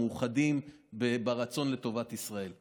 מאוחדים ברצון לטובת ישראל.